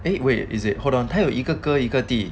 eh wait is it hold on 一个哥哥一个弟弟